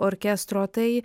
orkestro tai